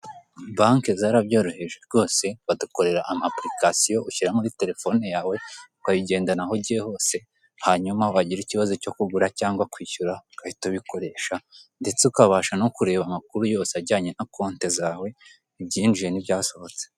Banke zarabyoroheje rwose badukorera amapurikasiyo ushyira muri terefone yawe ukayigendana aho ugiye hose, hanyuma wagira ikibazo cyo kugura cyangwa kwishyura ugahita ubikoresha, ndetse ukabasha no kureba amakuru yose ajyanye na konte zawe, ibyinjiye n'ibyasohotse.